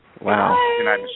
Wow